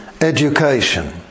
education